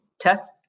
test